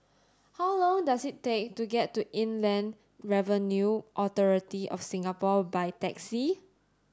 how long does it take to get to Inland Revenue Authority of Singapore by taxi